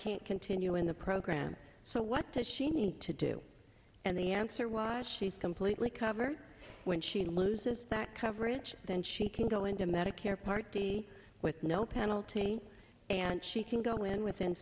can't continue in the program so what does she need to do and the answer was she's completely covered when she loses that coverage then she can go into medicare part d with no penalty and she can go in within